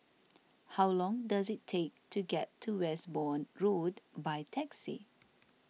how long does it take to get to Westbourne Road by taxi